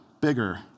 bigger